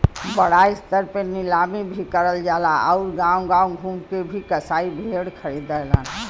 बड़ा स्तर पे नीलामी भी करल जाला आउर गांव गांव घूम के भी कसाई भेड़ खरीदलन